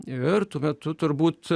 ir tuo metu turbūt